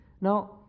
Now